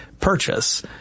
purchase